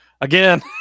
again